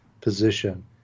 Position